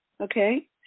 okay